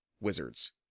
wizards